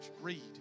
Read